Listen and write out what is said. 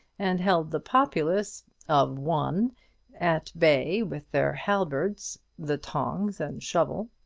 and held the populace of one at bay with their halberds the tongs and shovel.